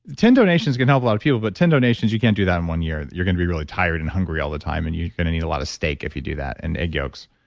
ten donations can help a lot of people but ten donations, you can't do that in one year. you're going to be really tired and hungry all the time and you're going to need a lot of steak if you do that and egg yolks,